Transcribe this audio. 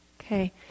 Okay